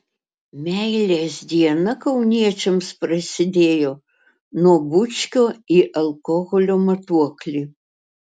meilės diena kauniečiams prasidėjo nuo bučkio į alkoholio matuoklį